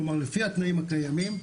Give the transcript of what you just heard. כלומר לפי התנאים הקיימים,